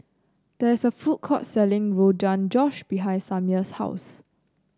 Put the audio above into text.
there is a food court selling Rogan Josh behind Samir's house